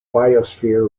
biosphere